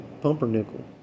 pumpernickel